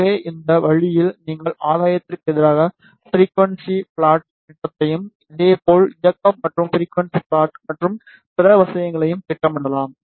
எனவே இந்த வழியில் நீங்கள் ஆதாயத்திற்கு எதிராக ஃபிரிக்குவன்ஸி ப்ளாட் திட்டத்தையும் இதேபோல் இயக்கம் மற்றும் ஃபிரிக்குவன்ஸி ப்ளாட் மற்றும் பிற விஷயங்களையும் திட்டமிடலாம்